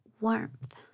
warmth